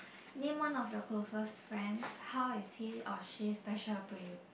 name one of your closest friends how is he or she special to you